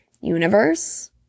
universe